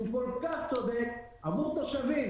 שהוא כל כך צודק עבור תושבים